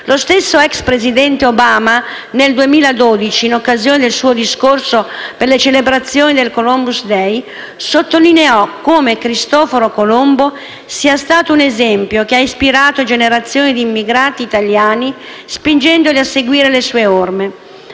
Lo stesso ex presidente Obama, nel 2012, in occasione del suo discorso per le celebrazioni del Columbus Day, sottolineò come Cristoforo Colombo sia stato un esempio che ha ispirato generazioni di immigrati italiani, spingendoli a seguire le sue orme,